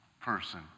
person